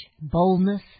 boldness